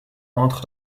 entre